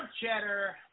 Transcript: cheddar